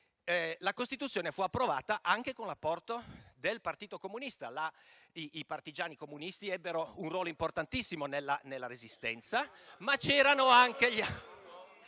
la Costituzione fu approvata anche con l'apporto del Partito Comunista. I partigiani comunisti ebbero un ruolo importantissimo nella Resistenza... *(Commenti)*, ma c'erano anche altre